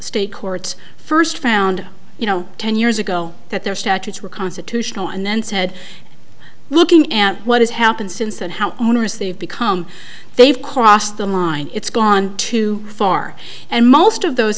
state courts first found you know ten years ago that their statutes were constitutional and then said looking at what has happened since and how onerous they've become they've crossed the line it's gone too far and most of those